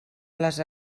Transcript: les